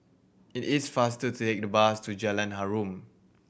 it is faster to take the bus to Jalan Harum